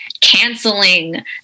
canceling